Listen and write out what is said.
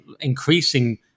increasing